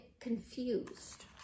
confused